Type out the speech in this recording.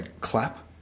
clap